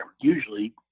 usually